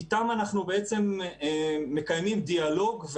איתם אנחנו מקיימים דיאלוג,